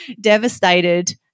devastated